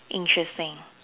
interesting